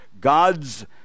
God's